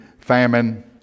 famine